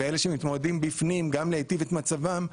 ואלה שמתמודדים בפנים גם להיטיב את מצבם,